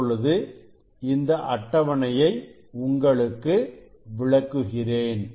இப்பொழுது இந்த அட்டவணையை உங்களுக்கு விளக்குகிறேன்